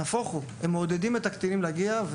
להיפך, הם מעודדים את הקטינים להגיע.